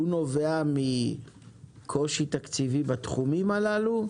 נובעת מקושי תקציבי בתחומים הללו,